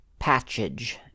patchage